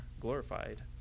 glorified